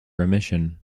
remission